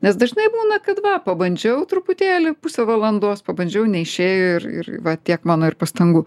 nes dažnai būna kad va pabandžiau truputėlį pusę valandos pabandžiau neišėjo ir ir va tiek mano ir pastangų